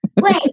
Wait